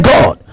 God